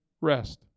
rest